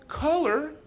color